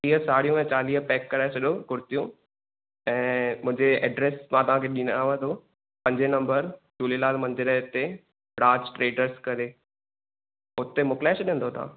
टीह साड़ियूं ऐं चालीह पैक कराए छॾियो कुर्तियूं ऐं मुंहिंजे ऐड्रेस मां तव्हांखे ॾियांव थो पंजे नंबर झूलेलाल मंदर जे हिते राज ट्रेडर्स करे हुते मोकिलाए छॾंदो तव्हां